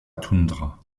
toundra